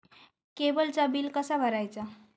केबलचा बिल कसा भरायचा?